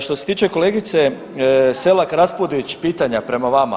Što se tiče kolegice Selak-Raspudić pitanja prema vama.